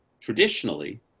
traditionally